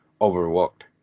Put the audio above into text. overlooked